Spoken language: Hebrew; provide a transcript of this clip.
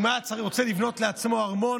שאם היה רוצה לבנות לעצמו ארמון,